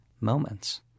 moments